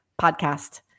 podcast